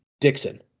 Dixon